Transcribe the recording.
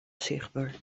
sichtber